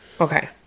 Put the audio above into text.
Okay